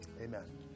Amen